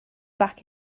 back